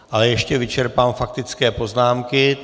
Ale ještě vyčerpám faktické poznámky.